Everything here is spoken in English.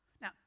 Now